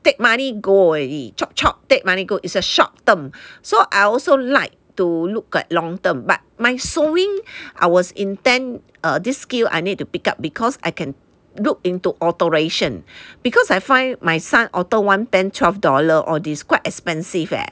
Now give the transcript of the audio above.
take money go already chop chop take money go is a short term so I also like to look at long term but my sewing I was intend err this skill I need to pick up because I can look into alteration because I find my son alter one pants twelve dollar or this quite expensive eh